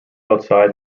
outside